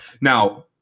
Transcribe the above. Now